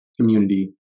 community